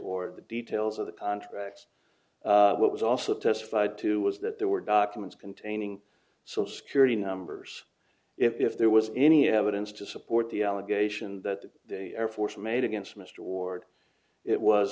or the details of the contracts what was also testified to was that there were documents containing social security numbers if there was any evidence to support the allegation that the air force made against mr ward it was